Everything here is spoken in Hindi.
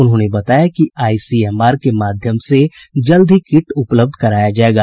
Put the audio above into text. उन्होंने बताया कि आईसीएमआर के माध्यम से जल्द ही किट उपलब्ध कराया जायेगा